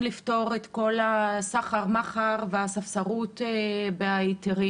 לפתור את כל הסחר מכר והספסרות בהיתרים,